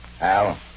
Al